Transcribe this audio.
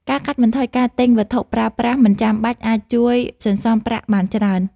ការកាត់បន្ថយការទិញវត្ថុប្រើប្រាស់មិនចាំបាច់អាចជួយសន្សំប្រាក់បានច្រើន។